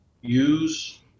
use